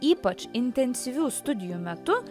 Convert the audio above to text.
ypač intensyvių studijų metu